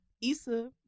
Issa